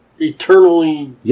eternally